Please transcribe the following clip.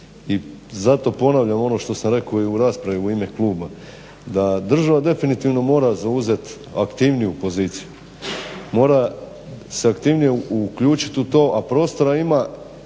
I zato ponavljam ono što sam rekao i u raspravi u ime kluba da država definitivno mora zauzeti aktivniju poziciju, mora se aktivnije uključiti u to a prostora ima